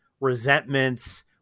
resentments